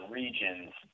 region's